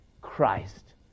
Christ